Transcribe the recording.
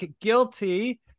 guilty